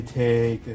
take